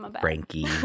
Frankie